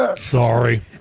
Sorry